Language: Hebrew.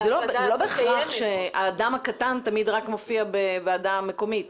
זה לא בהכרח שהאדם הקטן תמיד רק מופיע בוועדה מקומית.